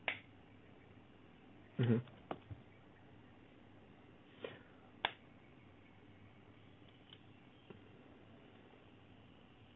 mmhmm